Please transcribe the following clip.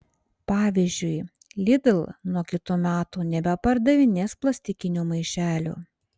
pavyzdžiui lidl nuo kitų metų nebepardavinės plastikinių maišelių